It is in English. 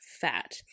fat